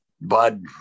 Bud –